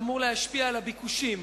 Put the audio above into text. שאמור להשפיע על הביקושים.